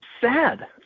Sad